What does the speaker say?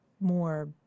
more